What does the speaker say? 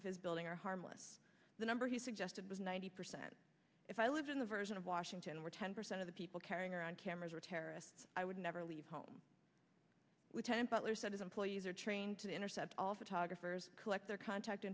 of his building are harmless the number he suggested was ninety percent if i lived in the version of washington were ten percent of the people carrying around cameras are terrorists i would never leave home with temperature set as employees are trained to intercept all photographers collect their contact